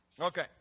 Okay